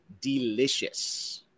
delicious